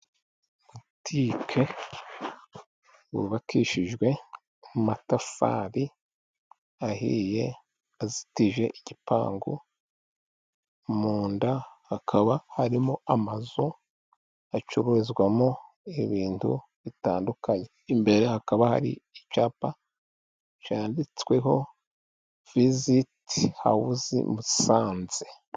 Butike yubakishijwe amatafari ahiye azitije igipangu, mu nda hakaba harimo amazu acururizwamo ibintu bitandukanye; Imbere hakaba hari icyapa cyanditsweho visiti hawuze Musanze.